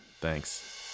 thanks